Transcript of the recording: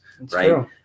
right